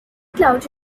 cloud